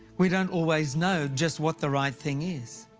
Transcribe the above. we don't always know just what the right thing is.